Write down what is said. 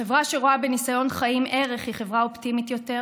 חברה שרואה בניסיון חיים ערך היא חברה אופטימית יותר,